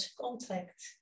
contact